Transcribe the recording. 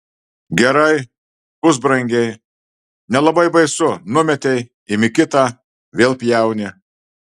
gerai pusbrangiai nelabai baisu numetei imi kitą vėl pjauni